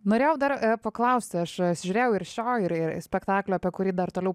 norėjau dar paklausti aš žiūrėjau ir šio ir ir spektaklio apie kurį dar toliau